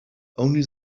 only